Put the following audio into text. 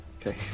Okay